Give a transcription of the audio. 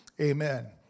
Amen